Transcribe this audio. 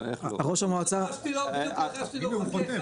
אמרתי לו חכה,